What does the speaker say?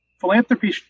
philanthropy